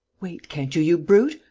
wait, can't you, you brute.